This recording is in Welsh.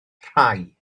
rhai